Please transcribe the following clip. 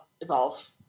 Evolve